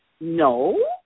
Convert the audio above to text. No